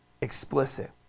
explicit